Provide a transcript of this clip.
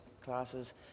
classes